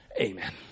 Amen